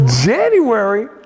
January